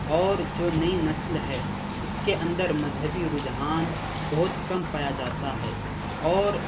اور جو نئی نسل ہے اس کے اندر مذہبی رجحان بہت کم پایا جاتا ہے اور